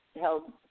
held